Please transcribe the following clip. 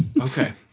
okay